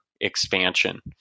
expansion